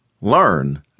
Learn